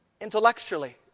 Intellectually